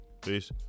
Peace